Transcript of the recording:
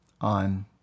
on